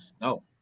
No